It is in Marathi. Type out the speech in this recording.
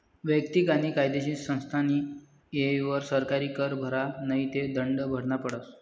वैयक्तिक आणि कायदेशीर संस्थास्नी येयवर सरकारी कर भरा नै ते दंड भरना पडस